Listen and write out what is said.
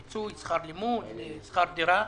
פיצוי, שכר לימוד, שכר דירה.